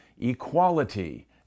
equality